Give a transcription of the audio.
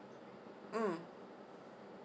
mm